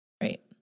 Right